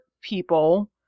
people